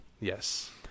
Yes